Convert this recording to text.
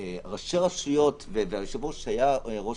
ראשי הרשויות- והיושב ראש היה ראש